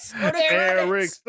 Eric